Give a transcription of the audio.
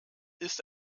ist